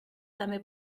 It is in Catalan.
també